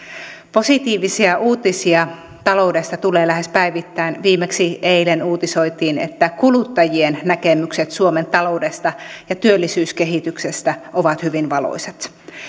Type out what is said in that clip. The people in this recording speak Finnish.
positiivisia uutisia taloudesta tulee lähes päivittäin viimeksi eilen uutisoitiin että kuluttajien näkemykset suomen taloudesta ja työllisyyskehityksestä ovat hyvin valoisat